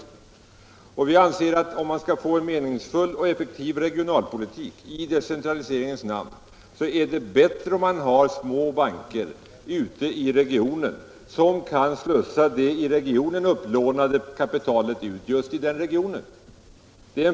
Vi anser för det första att om man skall få en meningsfull och effektiv regionalpolitik i decentraliseringssyfte, så är det bättre om man har små banker ute i regionen som kan slussa ut det i regionen upplånade kapitalet just i den regionen.